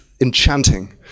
enchanting